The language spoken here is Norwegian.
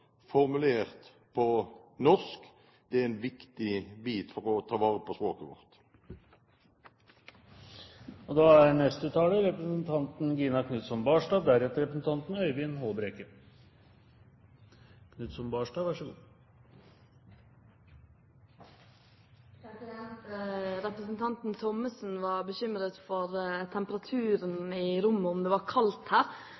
formulert på norsk, er en viktig bit for å ta vare på språket vårt. Representanten Thomsen var bekymret for temperaturen i rommet – om det var kaldt her.